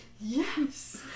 Yes